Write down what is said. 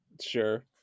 Sure